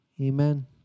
Amen